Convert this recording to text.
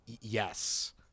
yes